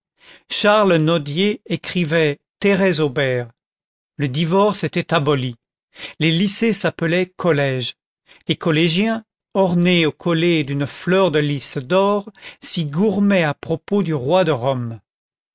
charles nodier écrivait thérèse aubert le divorce était aboli les lycées s'appelaient collèges les collégiens ornés au collet d'une fleur de lys d'or s'y gourmaient à propos du roi de rome